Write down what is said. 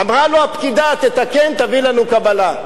אמרה לו הפקידה: תתקן, תביא לנו קבלה.